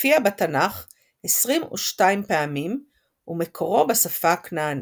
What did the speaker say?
מופיע בתנ"ך 22 פעמים ומקורו בשפה הכנענית.